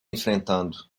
enfrentando